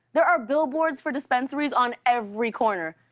there are billboards for dispensaries on every corner.